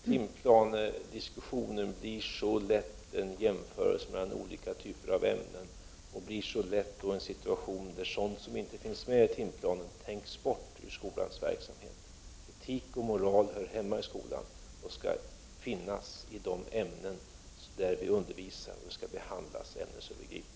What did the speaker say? Timplanediskussioner blir så lätt en jämförelse mellan olika typer av ämnen och leder så lätt till en situation där sådant som inte finns med i timplanen inte heller finns med i skolans verksamhet. Etik och moral hör hemma i skolan och skall återfinnas i de ämnen som vi undervisar i och skall behandlas ämnesövergripande.